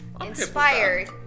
Inspired